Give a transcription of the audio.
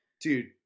dude